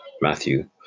Matthew